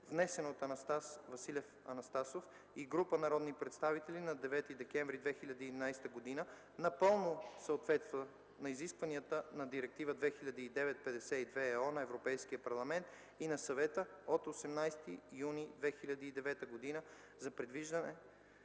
Анастас Василев Анастасов и група народни представители на 9 декември 2011 г. напълно съответства на изискванията на Директива 2009/52/ЕО на Европейския парламент и на Съвета от 18 юни 2009 г. за предвиждане